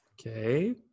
Okay